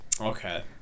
Okay